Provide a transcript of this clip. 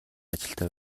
ажилтай